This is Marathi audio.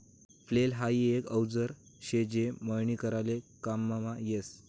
फ्लेल हाई एक औजार शे जे मळणी कराले काममा यस